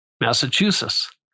Massachusetts